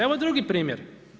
Evo drugi primjer.